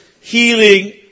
healing